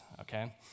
okay